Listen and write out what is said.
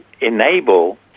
enable